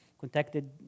contacted